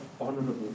honorable